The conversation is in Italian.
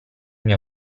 mio